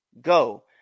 go